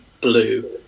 blue